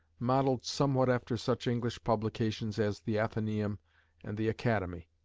modeled somewhat after such english publications as the athenaeum and the academy.